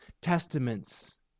Testaments